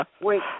wait